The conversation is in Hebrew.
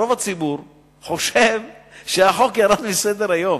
רוב הציבור חושב שהחוק ירד מסדר-היום.